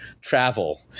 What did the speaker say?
travel